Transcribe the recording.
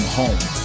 home